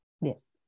Yes